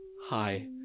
hi